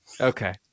Okay